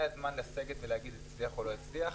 הזמן לסגת ולהגיד הצליח או לא הצליח.